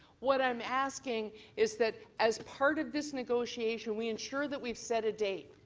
what i'm asking is that as part of this negotiation we ensure that we've set a date.